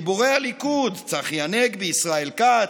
גיבורי הליכוד: צחי הנגבי, ישראל כץ,